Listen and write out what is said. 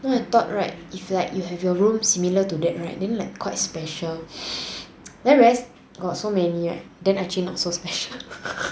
then I thought right if like you have the room similar to that right like quite special then actually right got many right actually not so special